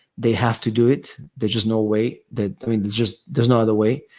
they have to do it. there's just no way that, i mean, it's just, there's no other way.